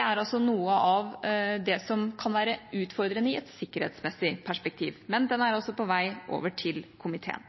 er altså noe av det som kan være utfordrende i et sikkerhetsmessig perspektiv. Men det er altså på vei over til komiteen.